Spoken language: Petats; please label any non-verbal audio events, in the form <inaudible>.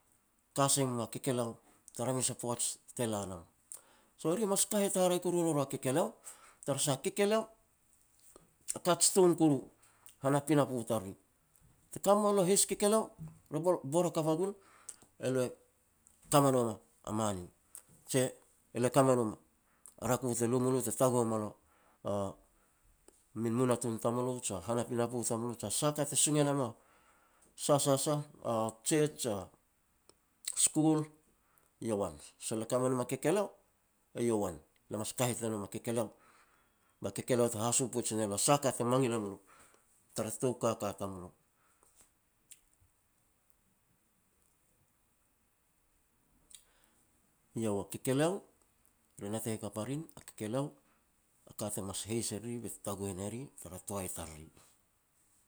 Ka sai me moa kekeleo tara mes a poaj te la nam. So ri mas kahet haraeh koru ne ru a kekeleo, tara sah ka jitoun koru han a pinapo tariri. Te ka me moa lo a heis kekeleo, le bor hakap a gul, e lo e ka me nom a mani, je le ka me nom a rako te lu mu te taguh moa lo <hesitation> min munatun tamu lo je han a pinapo tamulo sah ka te sung e nam a sah, sah, sah a Church jia school, eiau wan, sol le ka me nom a kekeleo eiau wan, le mas kahet ne nom a kekeleo, ba kekeleo te haso poij ne lo sah a ka te mangil e mulo tara tou kaka tamulo. <noise> Eiau a kekeleo, re natei hakap a rin, a kekeleo, a ka te mas heis e riri, bet taguh e ne ri tara toai tariri.